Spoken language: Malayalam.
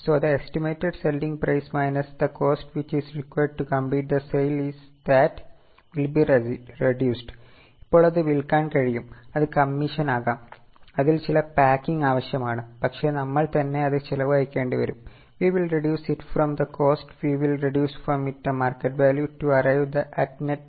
So the estimated selling price minus the cost which is required to complete the sale that will be reduced ഇപ്പോൾ അത് വിൽക്കാൻ കഴിയും അത് കമ്മീഷൻ ആവശ്യമാണ് പക്ഷേ നമ്മൾ തന്നെ അത് ചെലവഴിക്കേണ്ടിവരും we will reduce it from the cost we will reduce it from the market value to arrive at net realizable value